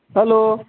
hello